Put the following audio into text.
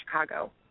Chicago